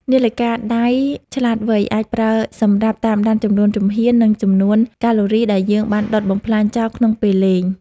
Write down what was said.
នាឡិកាដៃឆ្លាតវៃអាចប្រើសម្រាប់តាមដានចំនួនជំហាន និងចំនួនកាឡូរីដែលយើងបានដុតបំផ្លាញចោលក្នុងពេលលេង។